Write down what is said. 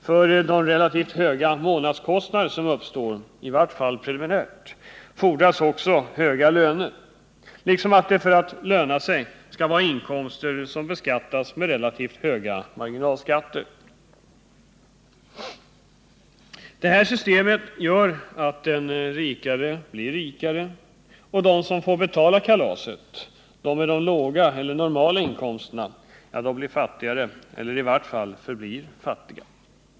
För de relativt höga månadskostnader som uppstår — i vart fall preliminärt — fordras också höga löner, liksom det, för att det hela skall löna sig, skall vara inkomster som beskattas med relativt höga marginalskatter. Detta system gör att den rikare blir rikare, och de som får betala kalaset —de med låga eller normala inkomster — blir fattigare eller förblir i vart fall fattiga.